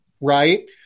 right